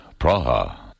Praha